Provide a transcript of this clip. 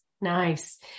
Nice